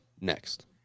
next